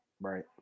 Right